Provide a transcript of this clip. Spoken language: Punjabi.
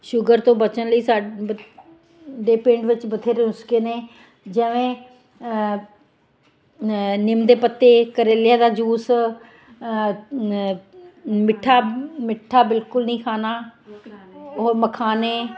ਸ਼ੂਗਰ ਤੋਂ ਬਚਣ ਲਈ ਸਾ ਡੇ ਪਿੰਡ ਵਿੱਚ ਬਥੇਰੇ ਨੁਸਖ਼ੇ ਨੇ ਜਿਵੇਂ ਅ ਨਿੰਮਮ ਦੇ ਪੱਤੇ ਕਰੇਲਿਆਂ ਦਾ ਜੂਸ ਅ ਮਿੱਠਾ ਮਿੱਠਾ ਬਿਲਕੁਲ ਨਹੀਂ ਖਾਣਾ ਉਹ ਮਖਾਨੇ